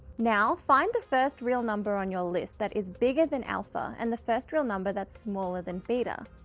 now find the first real number on your list that is bigger than alpha and the first real number that's smaller than beta,